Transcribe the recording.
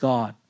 God